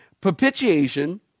Propitiation